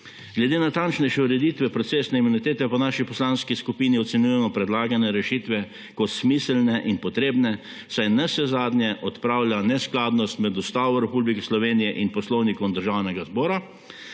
Glede na natančnejše ureditve procesne imunitete v naši poslanski skupini ocenjujemo predlagane rešitve kot smiselne in potrebne, saj navsezadnje odpravljajo neskladnost med Ustavo Republike Slovenije in Poslovnikom državnega zbora,